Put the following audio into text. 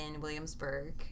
williamsburg